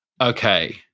Okay